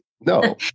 No